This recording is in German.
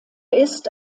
ist